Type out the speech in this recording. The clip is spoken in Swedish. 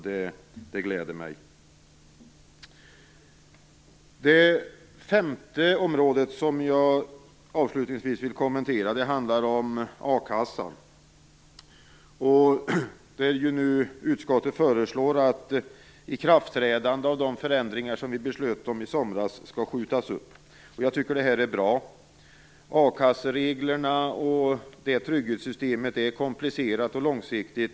Det gläder mig. Det femte och sista området som jag vill kommentera handlar om a-kassan. Utskottet föreslår att ikraftträdandet av de förändringar som vi i somras beslöt skall skjutas upp. Det är bra. A-kassereglerna och det trygghetssystemet är komplicerade och långsiktiga.